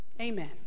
amen